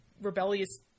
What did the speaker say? rebellious